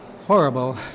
horrible